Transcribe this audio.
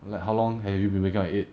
like how long have you been waking up at eight